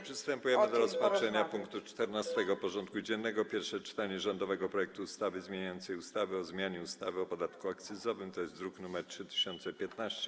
Przystępujemy do rozpatrzenia punktu 14. porządku dziennego: Pierwsze czytanie rządowego projektu ustawy zmieniającej ustawę o zmianie ustawy o podatku akcyzowym (druk nr 3015)